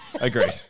Agreed